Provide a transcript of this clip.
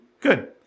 good